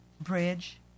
bridge